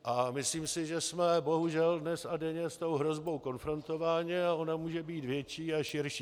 A myslím si, že jsme bohužel dnes a denně s tou hrozbou konfrontováni, a ona může být větší a širší.